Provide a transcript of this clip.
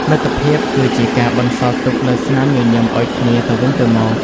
មិត្តភាពគឺជាការបន្សល់ទុកនូវស្នាមញញឹមឱ្យគ្នាទៅវិញទៅមក។